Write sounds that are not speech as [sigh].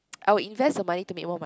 [noise] I would invest my money to make more mon~